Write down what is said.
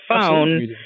phone